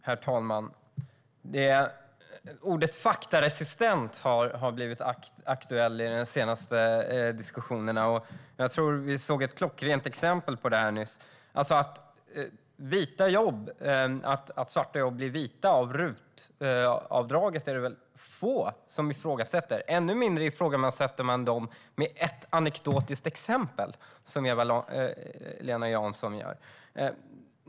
Herr talman! Ordet "faktaresistent" har blivit aktuellt i de senaste diskussionerna. Vi såg ett klockrent exempel på faktaresistens nyss. Att svarta jobb blir vita av RUT-avdraget är det väl få som ifrågasätter. Ännu mindre ifrågasätter man detta med ett anekdotiskt exempel, som Eva-Lena Jansson.